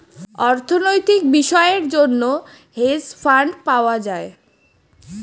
অর্থনৈতিক বিষয়ের জন্য হেজ ফান্ড পাওয়া যায়